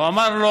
הוא אמר לו,